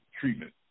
treatment